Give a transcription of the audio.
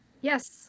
Yes